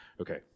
Okay